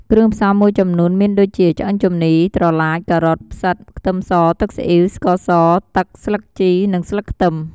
គ្រឿងផ្សំមួយចំនួនមានដូចជាឆ្អឹងជំនី ត្រឡាច ការ៉ុត ផ្សិត ខ្ទឹមស ទឹកស៊ីអ៉ីវ ស្ករស ទឹក ស្លឹកជីនិងស្លឹកខ្ទឹម។